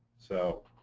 so